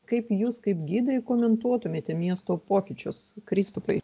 kaip jūs kaip gidai komentuotumėte miesto pokyčius kristupai